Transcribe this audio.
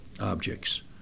objects